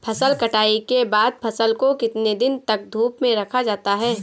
फसल कटाई के बाद फ़सल को कितने दिन तक धूप में रखा जाता है?